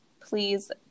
please